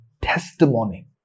testimony